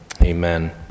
Amen